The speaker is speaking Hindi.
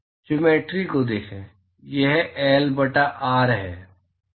ज्योमेट्रि को देखें यह L बटा R है